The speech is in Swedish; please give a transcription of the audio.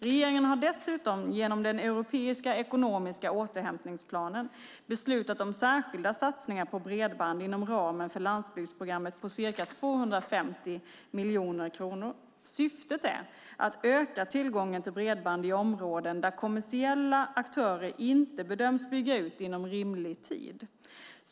Regeringen har dessutom genom den europeiska ekonomiska återhämtningsplanen beslutat om särskilda satsningar på bredband inom ramen för landsbygdsprogrammet på ca 250 miljoner kronor. Syftet är att öka tillgången till bredband i områden där kommersiella aktörer inte bedöms bygga ut inom rimlig tid.